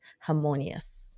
harmonious